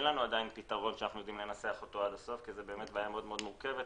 אין לנו עדיין פתרון שאנחנו יודעים לנסח כי זו בעיה מאוד מורכבת,